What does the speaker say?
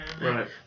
right